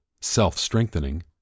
self-strengthening